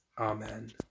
Amen